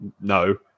No